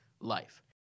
life